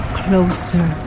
closer